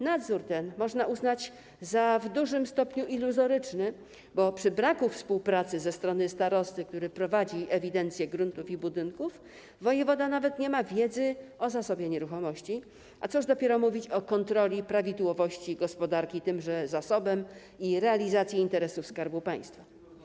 Nadzór ten można uznać za w dużym stopniu iluzoryczny, bo przy braku współpracy ze strony starosty, który prowadzi ewidencję gruntów i budynków, wojewoda nawet nie ma wiedzy o zasobie nieruchomości, a cóż dopiero mówić o kontroli prawidłowości gospodarki tymże zasobem i realizacji interesów Skarbu Państwa.